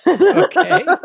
okay